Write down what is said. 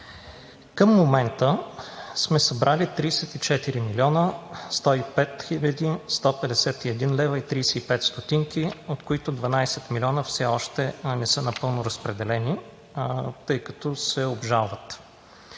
Към момента сме събрали 34 млн. 105 хил. 151,35 лв., от които 12 милиона все още не са напълно разпределени, тъй като се обжалват.